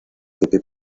pepe